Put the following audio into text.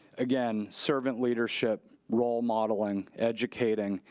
again, servant leadership, role modeling, educating,